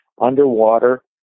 underwater